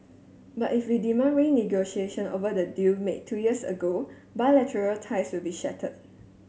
but if we demand renegotiation over the deal made two years ago bilateral ties will be shattered